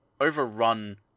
overrun